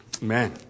Man